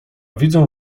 widzę